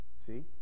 see